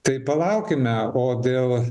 tai palaukime o dėl